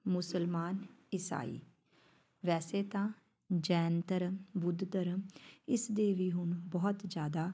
ਮੁਸਲਮਾਨ ਇਸਾਈ ਵੈਸੇ ਤਾਂ ਜੈਨ ਧਰਮ ਬੁੱਧ ਧਰਮ ਇਸਦੇ ਵੀ ਹੁਣ ਬਹੁਤ ਜ਼ਿਆਦਾ